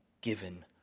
given